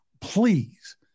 please